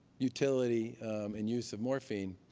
utility and use of morphine